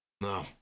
No